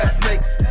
snakes